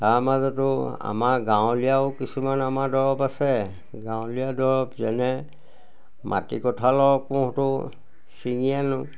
তাৰ মাজতো আমাৰ গাঁৱলীয়াও কিছুমান আমাৰ দৰৱ আছে গাঁৱলীয়া দৰৱ যেনে মাটি কঠালৰ কোঁহটো ছিঙি আনিলোঁ